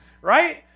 Right